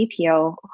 CPO